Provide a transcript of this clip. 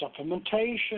Supplementation